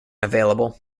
available